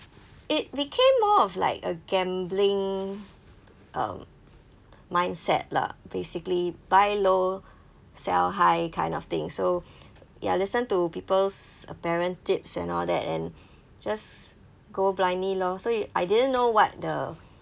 it became more of like a gambling um mindset lah basically buy low sell high kind of thing so ya listen to people's apparent tips and all that and just go blindly lor so y~ I didn't know what the